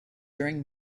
during